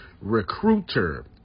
recruiter